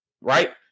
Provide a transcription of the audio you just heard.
right